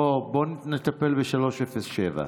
בוא נטפל ב-307.